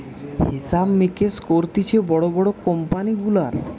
হিসাব মিকাস করতিছে বড় বড় কোম্পানি গুলার